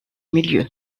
milieu